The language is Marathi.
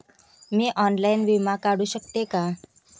मी ऑनलाइन विमा काढू शकते का?